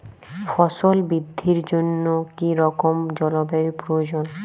ফসল বৃদ্ধির জন্য কী রকম জলবায়ু প্রয়োজন?